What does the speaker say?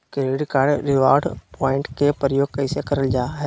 Credit card reward point के प्रयोग कैसे करल जा है?